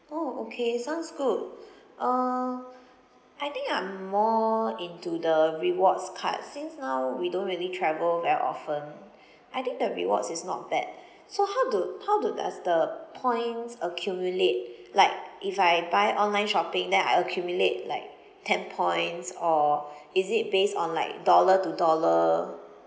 oh okay sounds good uh I think I'm more into the rewards card since now we don't really travel very often I think the rewards is not bad so how do how do does the points accumulate like if I buy online shopping then I accumulate like ten points or is it based on like dollar to dollar